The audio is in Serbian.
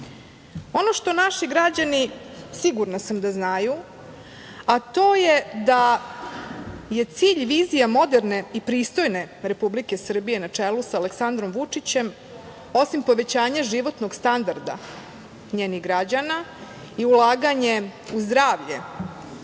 što naši građani, sigurna sam da znaju, a to je da je cilj vizija moderne i pristojne Republike Srbije na čelu sa Aleksandrom Vučićem, osim povećanja životnog standarda njenih građana i ulaganje u zdravlje,